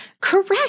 Correct